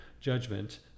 judgment